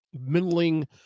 middling